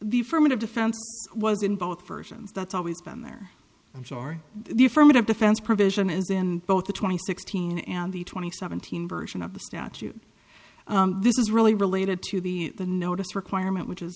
the firman of defense was in both versions that's always been there i'm sorry the affirmative defense provision is in both the twenty sixteen and the twenty seventeen version of the statute this is really related to the the notice requirement which is